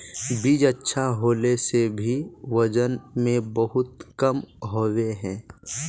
बीज अच्छा होला से भी वजन में बहुत कम होबे है?